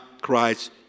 Christ